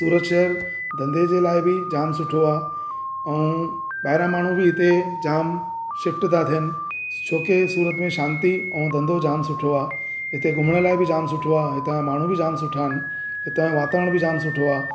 सूरत शहरु धंदे जे लाइ बि जामु सुठो आहे ऐं ॿाहिरां माण्हू बि हिते जामु शिफ्ट था थियनि छोके सूरत में शांती ऐं धंदो जामु सुठो आहे हिते घुमण लाइ बि जामु सुठो आहे हितां जा माण्हू बि जाम सुठा आहिनि हितां जो वातावरण बि जामु सुठो आहे